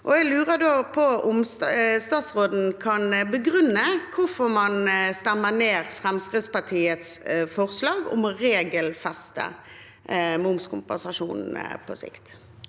Jeg lurer da på om statsråden kan begrunne hvorfor man stemmer ned Fremskrittspartiets forslag om å regelfeste momskompensasjon på sikt.